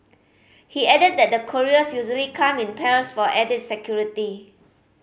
he added that the couriers usually come in pairs for added security